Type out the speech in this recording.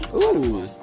ooh.